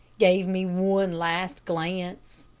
gave me one last glance,